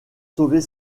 sauver